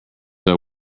are